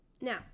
now